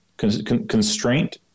Constraint